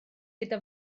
gyda